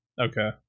Okay